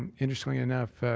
and interestingly enough,